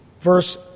Verse